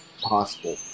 possible